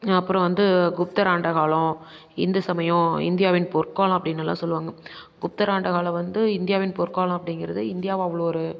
அப்புறம் வந்து குப்தர் ஆண்ட காலம் இந்து சமயம் இந்தியாவின் பொற்காலம் அப்படின்னெல்லாம் சொல்லுவாங்க புத்தர் ஆண்ட காலம் வந்து இந்தியாவின் பொற்காலம் அப்படிங்கிறது இந்தியாவை அவ்வளோ ஒரு